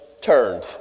turned